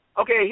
okay